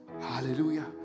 hallelujah